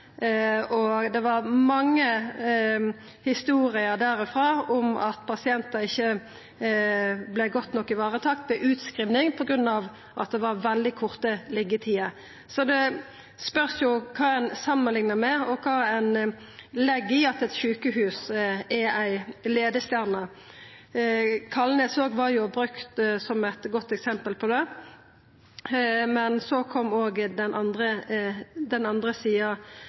overbelegg. Det var mange historier derfrå om at pasientar ikkje vart godt nok varetatt ved utskriving på grunn av at det var veldig korte liggjetider. Så det spørst kva ein samanliknar med, og kva ein legg i at eit sjukehus er ei leiestjerne. Kalnes var jo òg brukt som eit godt eksempel på det, men så kom den andre sida